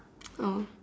oh